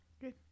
Good